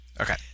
okay